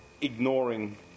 ignoring